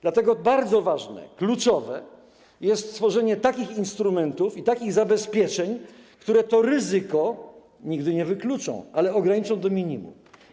Dlatego bardzo ważne, kluczowe jest stworzenie takich instrumentów i takich zabezpieczeń, które to ryzyko - nigdy go nie wykluczą - ale ograniczą do minimum.